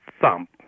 thump